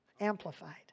Amplified